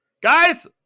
guys